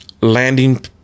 landing